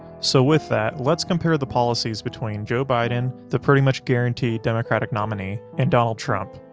so with that, let's compare the policies between joe biden, the pretty much guaranteed democratic nominee and donald trump.